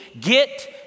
get